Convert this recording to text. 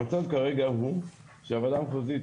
המצב כרגע הוא שהוועדה המחוזית,